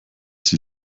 sie